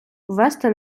ввести